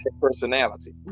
personality